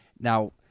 Now